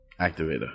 activator